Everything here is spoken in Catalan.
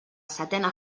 setena